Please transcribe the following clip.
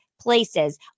places